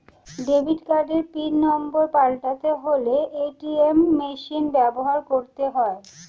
debit কার্ডের pin number পাল্টাতে হলে এ.টি.এম মেশিন ব্যবহার করতে হয়